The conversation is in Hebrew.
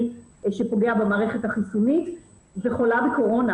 שפוגע במערכת החיסונית וחולה בקורונה.